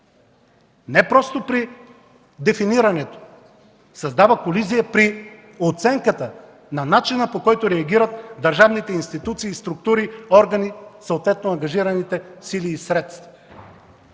не просто при дефинирането – създава колизия при оценката на начина, по който реагират държавните институции, структури и органи, съответно ангажираните сили и средства.